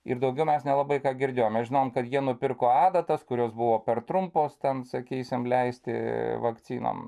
ir daugiau mes nelabai ką girdėjom mes žinom kad jie nupirko adatas kurios buvo per trumpos ten sakysim leisti vakcinom